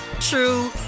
true